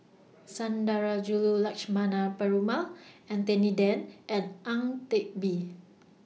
Sundarajulu Lakshmana Perumal Anthony Then and Ang Teck Bee